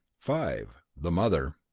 five. the mother.